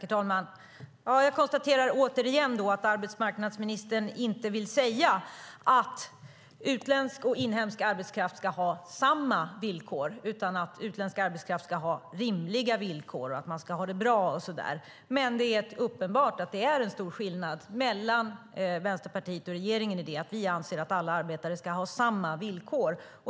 Herr talman! Jag konstaterar återigen att arbetsmarknadsministern inte vill säga att utländsk och inhemsk arbetskraft ska ha samma villkor, utan utländsk arbetskraft ska ha rimliga villkor och ha det bra och så vidare. Det är uppenbart att det är en stor skillnad mellan Vänsterpartiet och regeringen i det avseendet att vi anser att alla arbetare ska ha samma villkor.